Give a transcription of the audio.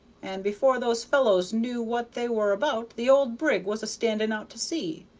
and before those fellows knew what they were about the old brig was a standing out to sea,